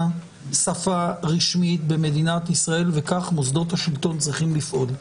שפה רשמית במדינת ישראל וכך מוסדות השלטון צריכים לפעול.